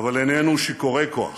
אבל איננו שיכורי כוח.